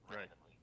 Right